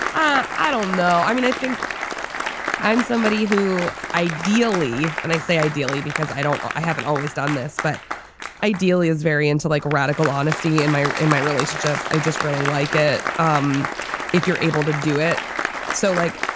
i i don't know. i mean, i think i'm somebody who ideally and i say ideally, because i don't i haven't always done this, but ideally as variants like radical honesty in my in my relationships, i just really like it. um if you're able to do it so, like,